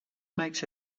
makes